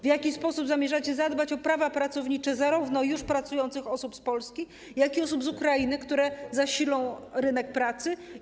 W jaki sposób zamierzacie zadbać o prawa pracownicze zarówno już pracujących osób z Polski, jak i osób z Ukrainy, które zasilą rynek pracy?